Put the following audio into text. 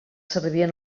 servien